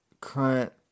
current